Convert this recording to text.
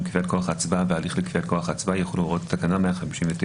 קביעת כוח ההצבעה וההליך לקביעת כוח ההצבעה יחולו הוראות תקנה 159ט1